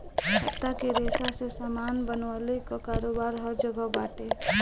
पत्ता के रेशा से सामान बनवले कअ कारोबार हर जगह बाटे